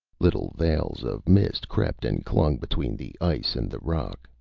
little veils of mist crept and clung between the ice and the rock,